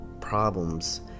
problems